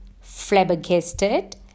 flabbergasted